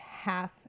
half